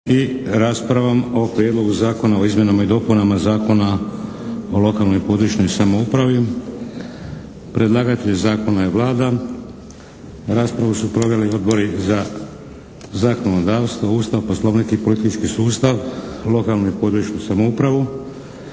i raspravom o - Prijedlogu zakona o izmjenama i dopunama Zakona o lokalnoj i područnoj (regionalnoj) samoupravi, prvo čitanje, P.Z. br. 525. Predlagatelj Zakona je Vlada. Raspravu su proveli odbori za zakonodavstvo, Ustav, Poslovnik i politički sustav, lokalnu i područnu samoupravu.